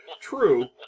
true